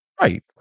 right